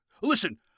Listen